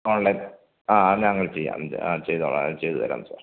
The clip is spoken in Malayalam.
ഓൺലൈൻ ആ ഞങ്ങൾ ചെയ്യാം ആ ചെയ്തോളാം ചെയ്ത് തരാം സാർ